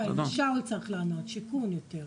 זה שאול צריך לענות, זה שייך לשיכון יותר.